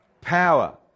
Power